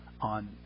on